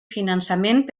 finançament